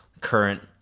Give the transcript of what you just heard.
current